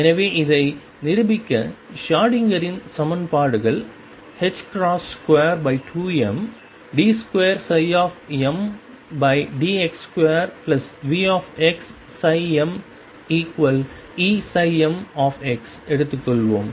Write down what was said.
எனவே இதை நிரூபிக்க ஷ்ரோடிங்கரின் Schrödinger's சமன்பாடுகள் 22md2mdx2VxmEm எடுத்துக்கொள்வோம்